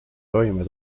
toime